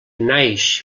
naix